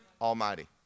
Almighty